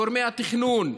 גורמי התכנון,